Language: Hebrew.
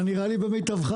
אתה נראה לי במיטבך.